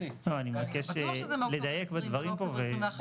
אני מבקש לדייק בדברים פה.